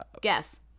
Guess